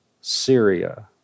Syria